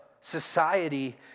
society